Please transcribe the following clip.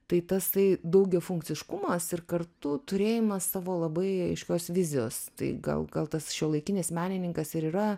tai tas daugiafunkciškumas ir kartu turėjimas savo labai aiškios vizijos tai gal gal tas šiuolaikinis menininkas ir yra